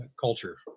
culture